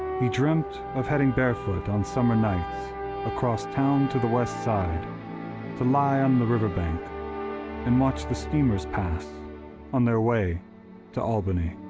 he dreamt of heading barefoot on summer nights across town to the west side to lie on the river bank and watch the steamers pass on their way to albany.